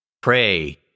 Pray